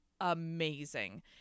amazing